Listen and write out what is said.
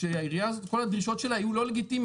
שהעירייה הזאת כל דרישותיה היו לא לגיטימיות.